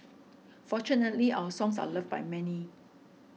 fortunately our songs are loved by many